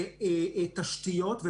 תשתיות,